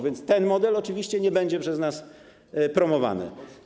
Więc ten model oczywiście nie będzie przez nas promowany.